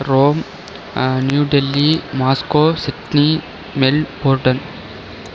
Rome New Delhi Moscow Sydney மெல் ஹோட்டன்